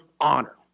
honor